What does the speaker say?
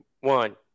one